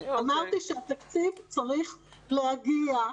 אמרתי שהתקציב צריך להגיע.